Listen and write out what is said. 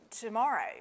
tomorrow